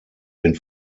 den